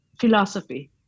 philosophy